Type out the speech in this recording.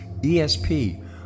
ESP